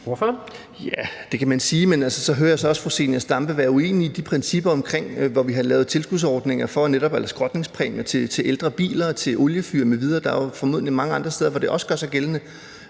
Jensen (V): Det kan man sige. Men så hører jeg også fru Zenia Stampe være uenig i de principper i de tilfælde, hvor vi har lavet tilskudsordninger eller skrotningspræmier til ældre biler, til oliefyr m.v., og der er formodentlig mange andre steder, hvor det også gør sig gældende,